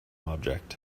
object